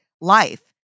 life